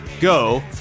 go